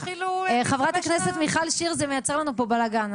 התחילו -- חברת הכנסת מיכל שיר זה מייצר לנו פה בלאגן,